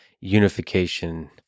unification